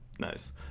Nice